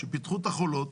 כשפיתחו את החולות,